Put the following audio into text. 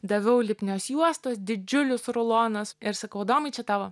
daviau lipnios juostos didžiulius rulonus ir sakau adomai čia tavo